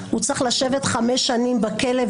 הוא צריך לשבת חמש שנים בכלא,